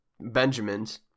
Benjamin's